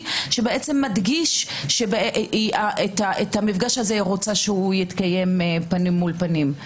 שמדגיש שאת המפגש הזה היא רוצה שיתקיים פנים אל פנים.